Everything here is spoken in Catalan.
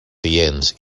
seients